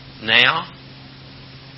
now